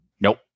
Nope